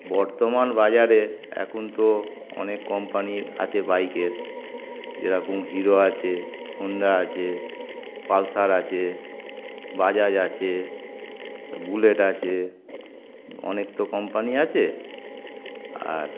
বর্তমান বাজারে এখন তো অনেক কোম্পানি আছে বাইকের যেরকম হিরো আছে হোন্ডা আছে পালসার আছে বাজাজ আছে বুলেট আছে অনেক তো কোম্পানি আছে আর